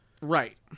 Right